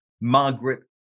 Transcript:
margaret